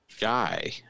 guy